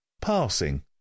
Passing